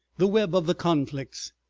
the web of the conflicts,